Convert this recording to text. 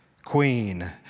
Queen